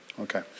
Okay